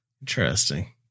Interesting